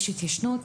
ישנה התיישנות